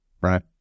right